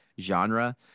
genre